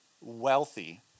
wealthy